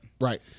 Right